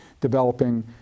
developing